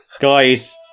Guys